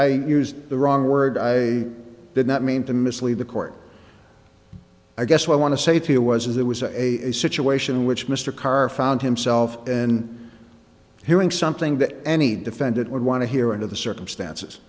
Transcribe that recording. i used the wrong word i did not mean to mislead the court i guess what i want to say to you was it was a situation in which mr carr found himself in hearing something that any defendant would want to hear into the circumstances